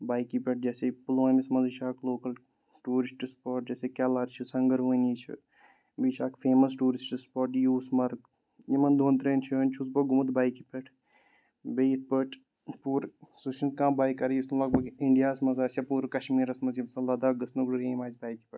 بایکہِ پٮ۪ٹھ جیسے پُلوٲمِس منٛزٕے چھِ اَکھ لوکَل ٹوٗرِسٹ سپاٹ جیسے کیلَر چھِ سَنگروٲنی چھِ بیٚیہِ چھِ اَکھ famous tourist spot Yousmarg یِمَن دۄن ترٛٮ۪ن جاین چھُس بہٕ گوٚمُت بایکہِ پٮ۪ٹھ بیٚیہِ یِتھ پٲٹھۍ پوٗرٕ سُہ چھِنہٕ کانٛہہ بایِک کَرٕ یُس نہٕ لگ بگ اِنڈیاہَس منٛز آسہِ ہا پوٗرٕ کَشمیٖرَس منٛز یِم زَن لداخ گٔژھ نہٕ گرٛیم آسہِ بایکہِ پٮ۪ٹھ